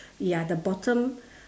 ya the bottom